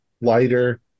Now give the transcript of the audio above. lighter